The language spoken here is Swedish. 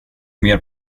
mer